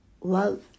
love